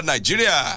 Nigeria